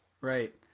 Right